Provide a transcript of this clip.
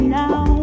now